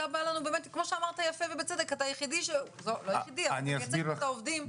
כמו שאמרת בצדק, אתה זה שמייצג את העובדים.